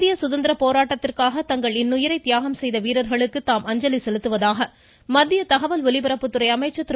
இந்திய சுதந்திர போராட்டத்திற்காக தங்கள் இன்னுயிரை தியாகம் செய்த வீரர்களுக்கு தாம் அஞ்சலி செலுத்துவதாக மத்திய தகவல் ஒலிபரப்புத்துறை அமைச்சர் திரு